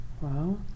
Wow